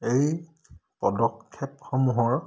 এই পদক্ষেপসমূহৰ